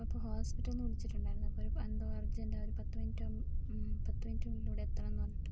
അപ്പം ഇപ്പം ഹോസ്പിറ്റലീന്ന് വിളിച്ചിട്ടുണ്ടായിരുന്നു അപ്പം ഒരു പ എന്തോ അർജന്റായൊരു ഒരു പത്ത് മിനിറ്റും പത്ത് മിനിറ്റിനുള്ളിലിവിടെ എത്തണം എന്ന് പറഞ്ഞിട്ട്